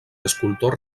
escultor